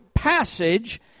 passage